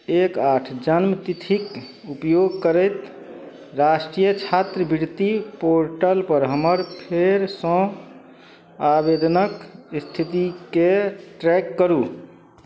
एक आठ जनमतिथिके उपयोग करैत राष्ट्रीय छात्रवृति पोर्टलपर हमर फेरसँ आवेदनके इस्थितिके ट्रैक करू